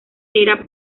era